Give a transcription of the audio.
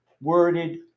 worded